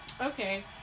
Okay